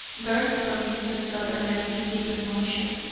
burst from mr. sutherland, in deep emotion.